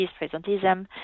presentism